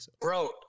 bro